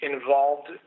involved